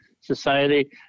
society